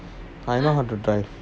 I know how to drive